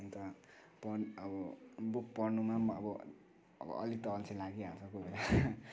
अन्त अब बुक पढ्नुमा पनि अब अलिक त अल्छि लागिहाल्छ कोहीबेला